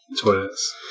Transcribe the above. Toilets